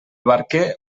barquer